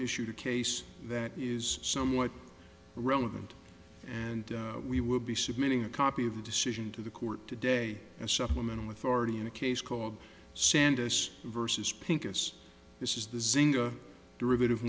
issued a case that is somewhat relevant and we will be submitting a copy of the decision to the court today as supplemental authority in a case called santas versus pincus this is the zynga derivative